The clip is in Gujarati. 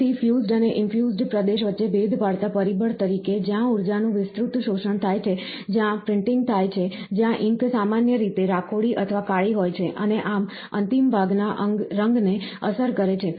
ફરીથી ફ્યુઝ્ડ અને ઇન્ફ્યુઝ્ડ પ્રદેશ વચ્ચે ભેદ પાડતા પરિબળ તરીકે જ્યાં ઊર્જાનું વિસ્તૃત શોષણ થાય છે જ્યાં પ્રિન્ટિંગ થાય છે જ્યાં ઇંક સામાન્ય રીતે રાખોડી અથવા કાળી હોય છે અને આમ અંતિમ ભાગના રંગને અસર કરે છે